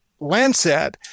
Landsat